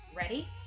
Ready